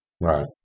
right